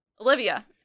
Olivia